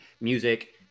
music